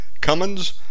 Cummins